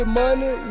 money